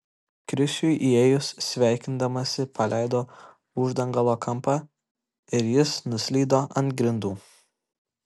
krisiui įėjus sveikindamasi paleido uždangalo kampą ir jis nuslydo ant grindų